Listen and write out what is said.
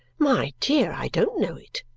my dear, i don't know it,